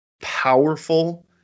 powerful